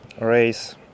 race